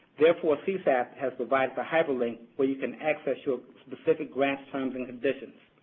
therefore, csap has provided a hyperlink where you can access your specific grant's terms and conditions.